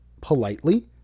politely